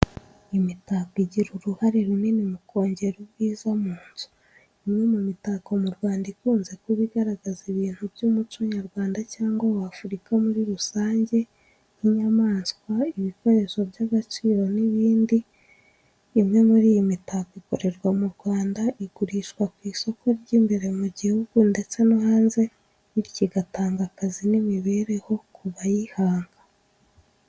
Imitako igira uruhare runini mu kongera ubwiza mu nzu. Imwe mu mitako mu Rwanda ikunze kuba igaragaza ibintu by’umuco nyarwanda cyangwa wa Afurika muri rusange, nk’inyamaswa, ibikoresho by’agaciro, n’ibindi. Imwe muri iyi mitako ikorerwa mu Rwanda igurishwa ku isoko ry’imbere mu gihugu ndetse no hanze, bityo igatanga akazi n’imibereho ku bayihanga.